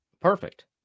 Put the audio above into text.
Perfect